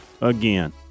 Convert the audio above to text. again